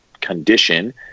condition